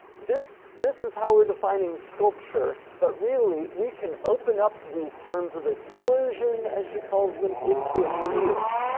this this is how we're defining sculpture, but really, we can open up these terms of exclusion, as she calls them, into a field.